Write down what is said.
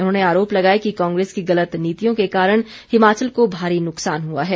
उन्होंने आरोप लगाया कि कांग्रेस की गलत नीतियों के कारण हिमाचल को भारी नुकसान हुआ है